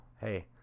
hey